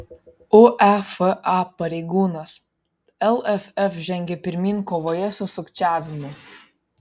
uefa pareigūnas lff žengia pirmyn kovoje su sukčiavimu